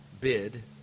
bid